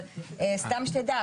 סתם שתדע,